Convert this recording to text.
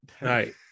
right